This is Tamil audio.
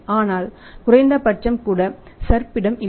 ஆனால் குறைந்தபட்சம் கூட சர்ப்ப்பிடம் இல்லை